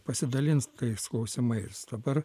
pasidalint tais klausimais dabar